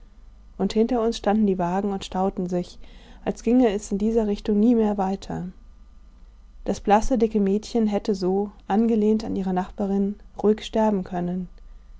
und hinter uns standen die wagen und stauten sich als ginge es in dieser richtung nie mehr weiter das blasse dicke mädchen hätte so angelehnt an ihre nachbarin ruhig sterben können